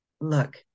Look